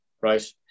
right